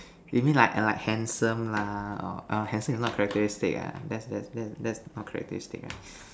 you mean like like handsome lah orh handsome is not characteristic ah that's that's that's that's not characteristic right